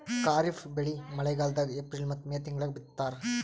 ಖಾರಿಫ್ ಬೆಳಿ ಮಳಿಗಾಲದಾಗ ಏಪ್ರಿಲ್ ಮತ್ತು ಮೇ ತಿಂಗಳಾಗ ಬಿತ್ತತಾರ